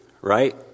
right